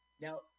Now